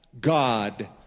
God